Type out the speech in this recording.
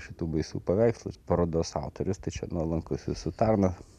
šitų baisių paveikslų parodos autorius tai čia nuolankus jūsų tarnas